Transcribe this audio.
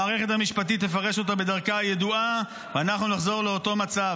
המערכת המשפטית תפרש אותו בדרכה הידועה ואנחנו נחזור לאותו מצב.